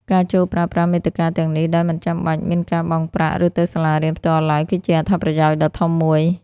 ការចូលប្រើប្រាស់មាតិកាទាំងនេះ ដោយមិនចាំបាច់មានការបង់ប្រាក់ ឬទៅសាលារៀនផ្ទាល់ឡើយ គឺជាអត្ថប្រយោជន៍ដ៏ធំមួយ។